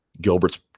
Gilbert's